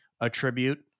attribute